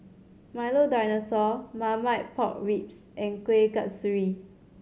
Milo Dinosaur Marmite Pork Ribs and Kuih Kasturi